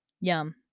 Yum